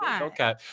okay